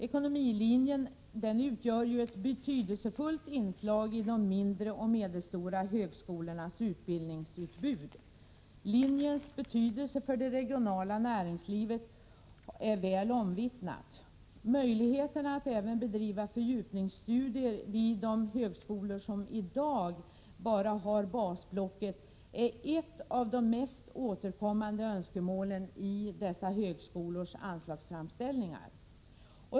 Ekonomilinjen utgör ett betydelsefullt inslag i de mindre och medelstora högskolornas utbildningsutbud. Linjens betydelse för det regionala näringslivet är väl omvittnad. Möjligheterna att även bedriva fördjupningsstudier vid de högskolor som i dag bara har basblocket är ett av de mest återkommande önskemålen i dessa högskolors anslagsframställningar.